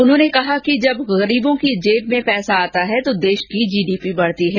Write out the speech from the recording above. उन्होंने कहा कि जब गरीबों की जेब में पैसा आता है तो देश की जीडीपी बढती है